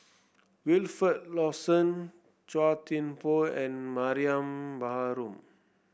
Wilfed Lawson Chua Thian Poh and Mariam Baharom